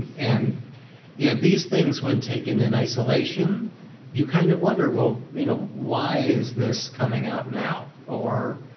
and yeah these things, when taken in isolation you kind of wonder, well, you know why is this coming out now? or